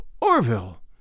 Orville